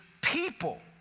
people